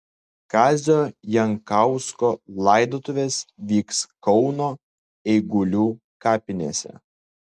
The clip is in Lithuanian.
kazio jankausko laidotuvės vyks kauno eigulių kapinėse